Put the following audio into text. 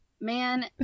Man